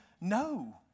No